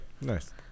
Nice